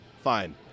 fine